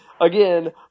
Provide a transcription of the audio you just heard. Again